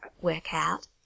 workout